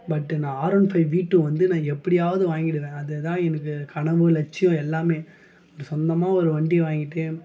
but நான் R one five V two வந்து நான் எப்படியாவது வாங்கிவிடுவேன் அதுதான் எனக்கு கனவு லட்சியம் எல்லாமே இப்படி சொந்தமாக ஒரு வண்டி வாங்கிவிட்டு